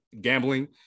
gambling